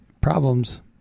problems